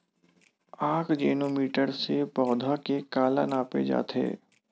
आकजेनो मीटर से पौधा के काला नापे जाथे?